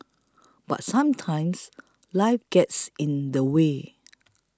but sometimes life gets in the way